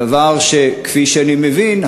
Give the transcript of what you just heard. דבר שכפי שאני מבין,